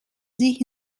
sich